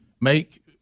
make